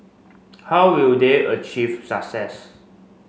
how will they achieve success